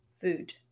food